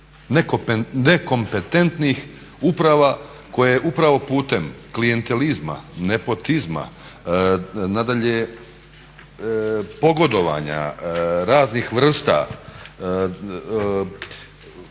nekompetentnih uprava koje upravo putem klijentelizma, nepotizma, nadalje pogodovanja raznih vrsta.